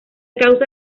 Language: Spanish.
causa